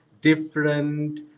different